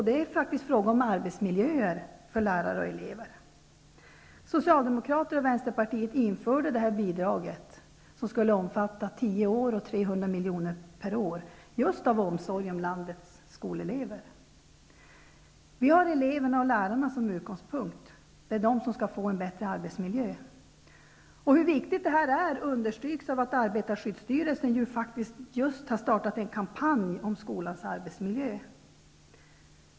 Det är faktiskt fråga om arbetsmiljöer, för lärare och elever. Socialdemokraterna och Vänsterpartiet införde detta bidrag, som skulle omfatta 300 miljoner per år i tio år, just av omsorg om landets skolelever. Vi har eleverna och lärarna som utgångspunkt. Det är de som skall få en bättre arbetsmiljö. Hur viktigt detta är understryks av att arbetarskyddsstyrelsen just har startat en kampanj om skolans arbetsmiljö.